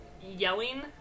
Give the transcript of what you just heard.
yelling